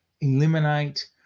eliminate